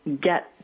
get